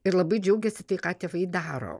ir labai džiaugiasi tai ką tėvai daro